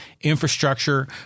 infrastructure